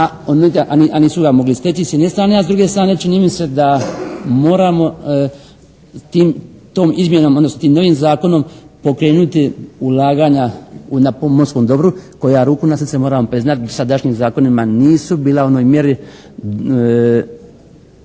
a nisu ga mogli steći s jedne strane, a s druge strane čini mi se da moramo tom izmjenom, odnosno tim novim Zakonom pokrenuti ulaganja na pomorskom dobru koja ruku na srce moramo priznati sadašnjim zakonima nisu bila u onoj mjeri